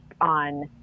on